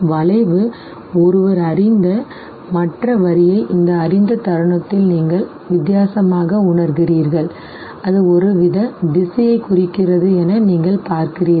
வளைவு ஒருவர் அறிந்த மற்ற வரியை இது அறிந்த தருணத்தில் நீங்கள் அதை வித்தியாசமாக உணர்கிறீர்கள் அது ஒருவித திசையை குறிக்கிறது என நீங்கள் பார்க்கிறீர்கள்